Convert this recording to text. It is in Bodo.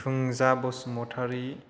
फुंजा बसुमतारि